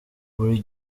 buri